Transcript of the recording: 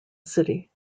city